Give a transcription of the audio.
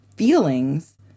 feelings